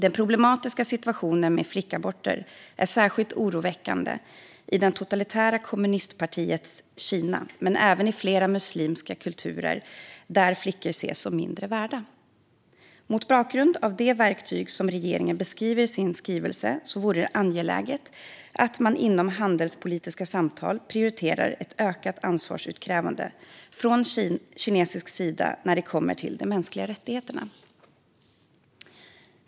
Den problematiska situationen med flickaborter är särskilt oroväckande i det totalitära kommunistpartiets Kina men även i flera muslimska kulturer där flickor ses som mindre värda. Mot bakgrund av de verktyg som regeringen beskriver i sin skrivelse vore det angeläget att man i handelspolitiska samtal prioriterar ett ökat ansvarsutkrävande från kinesisk sida när det gäller de mänskliga rättigheterna.